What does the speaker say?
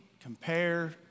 compare